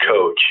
coach